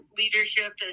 leadership